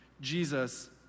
Jesus